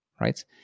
right